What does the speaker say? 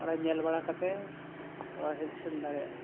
ᱚᱸᱰᱮ ᱧᱮᱞ ᱵᱟᱲᱟ ᱠᱟᱛᱮ ᱠᱚ ᱦᱮᱡ ᱥᱮᱱ ᱫᱟᱲᱮᱭᱟᱜᱼᱟ